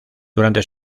durante